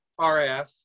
RF